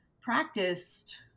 practiced